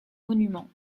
monuments